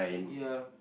ya